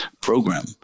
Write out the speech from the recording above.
program